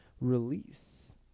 release